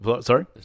Sorry